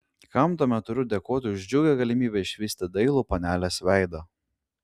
kam tuomet turiu dėkoti už džiugią galimybę išvysti dailų panelės veidą